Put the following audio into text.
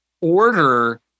order